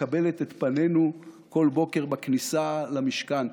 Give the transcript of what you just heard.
מקבלת את פנינו כל בוקר בכניסה למשכן.